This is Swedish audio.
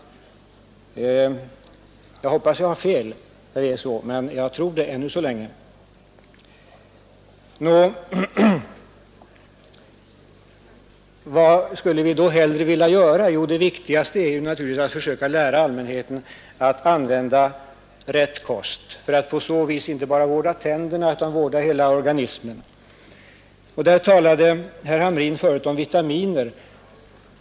Jag hoppas att jag har fel när jag säger att det är så, men jag tror ännu så länge att det förhåller sig så. Nå, vad skulle vi då hellre vilja göra? Jo, det viktigaste är naturligtvis att försöka lära allmänheten att använda rätt kost, för att på så vis inte bara vårda tänderna utan vårda hela organismen. Här talade herr Hamrin förut om vitaminer.